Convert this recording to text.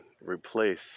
replace